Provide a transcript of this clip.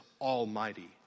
almighty